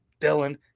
Dylan